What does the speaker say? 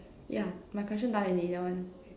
ya my question done already that one